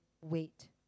Wait